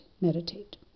meditate